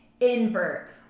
invert